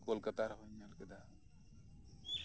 ᱠᱳᱞᱠᱟᱛᱟ ᱨᱮᱦᱚᱧ ᱧᱮᱞ ᱠᱮᱫᱟ